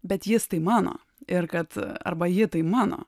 bet jis tai mano ir kad arba ji tai mano